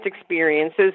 experiences